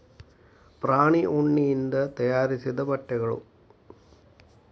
ಪ್ರಾಣಿ ಉಣ್ಣಿಯಿಂದ ತಯಾರಿಸಿದ ಬಟ್ಟೆಗಳು